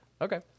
Okay